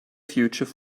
future